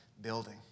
building